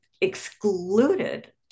excluded